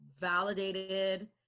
validated